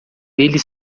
ele